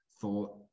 thought